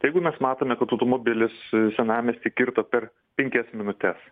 tai jeigu mes matome kad automobilis senamiestį kirto per penkias minutes